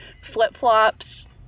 flip-flops